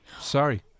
Sorry